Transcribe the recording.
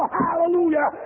hallelujah